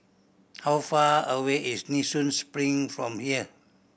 how far away is Nee Soon Spring from here